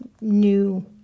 new